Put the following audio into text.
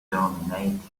dominates